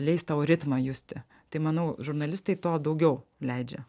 leis tau ritmą justi tai manau žurnalistai to daugiau leidžia